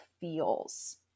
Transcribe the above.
feels